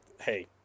hey